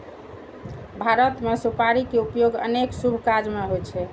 भारत मे सुपारी के उपयोग अनेक शुभ काज मे होइ छै